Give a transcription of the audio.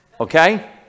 Okay